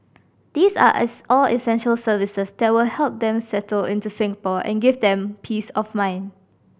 these are as all essential services that will help them settle into Singapore and give them peace of mind